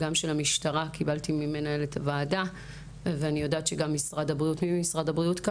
גם של המשטרה קיבלתי ממנהלת הוועדה ואני יודעת שגם משרד הבריאות.